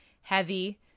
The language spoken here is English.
heavy